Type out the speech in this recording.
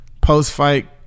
post-fight